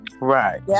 right